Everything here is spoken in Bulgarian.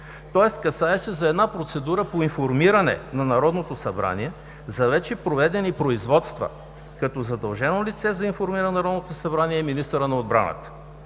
Тоест касае се за една процедура по информиране на Народното събрание за вече проведени производства, като задължено лице да информира Народното събрание е министърът на отбраната.